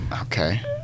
Okay